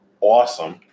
awesome